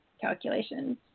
calculations